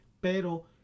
Pero